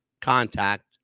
contact